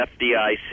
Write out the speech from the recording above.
FDIC